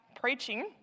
preaching